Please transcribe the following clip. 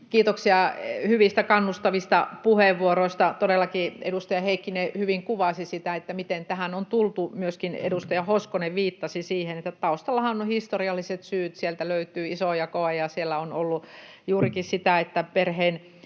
Kiitoksia hyvistä, kannustavista puheenvuoroista. — Todellakin, edustaja Heikkinen hyvin kuvasi sitä, miten tähän on tultu. Myöskin edustaja Hoskonen viittasi siihen, että taustallahan ovat historialliset syyt. Sieltä löytyy isojakoa ja siellä on ollut juurikin sitä, että perheen